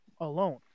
alone